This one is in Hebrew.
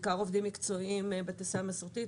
בעיקר עובדים מקצועיים בתעשייה המסורתית,